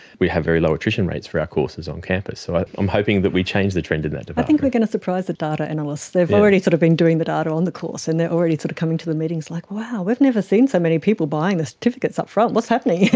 we have very low attrition rates for our courses on campus. so i'm hoping that we change the trend in that department. i think we're going to surprise the data analysts. they have already sort of been doing the data on the course and they are already sort of coming to the meetings like, wow, we've never seen so many people buying the certificates up-front, what's happening?